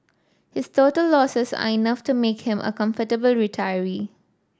his total losses are enough to make him a comfortable retiree